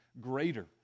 greater